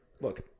look